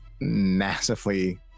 massively